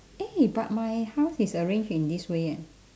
eh but my house is arranged in this way eh